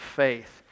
faith